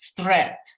threat